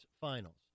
Finals